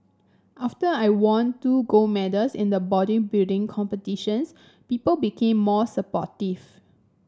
after I won two gold medals in the bodybuilding competitions people became more supportive